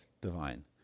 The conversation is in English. divine